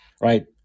right